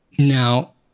Now